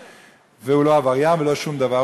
והוא לא עבריין ולא שום דבר.